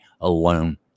alone